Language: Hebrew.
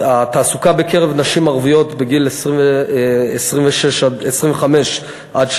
התעסוקה בקרב נשים ערביות בגיל 25 64